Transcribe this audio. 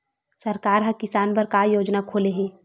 सरकार ह किसान बर का योजना खोले हे?